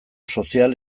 sozial